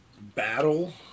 battle